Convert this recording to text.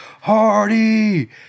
Hardy